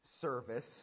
service